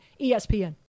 espn